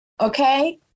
okay